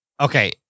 Okay